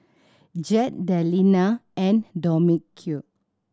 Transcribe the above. Jett Delina and Dominque